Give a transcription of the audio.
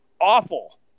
awful